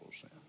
sin